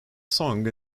sung